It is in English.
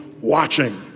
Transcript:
watching